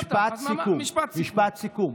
משפט סיכום.